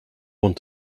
want